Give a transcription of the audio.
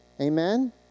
Amen